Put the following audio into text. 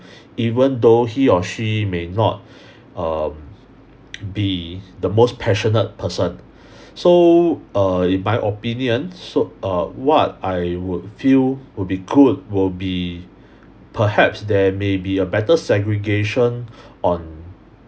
even though he or she may not um be the most passionate person so err in my opinion so err what I would feel will be good will be perhaps there may be a better segregation on